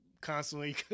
constantly